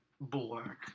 Black